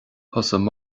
thosaigh